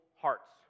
hearts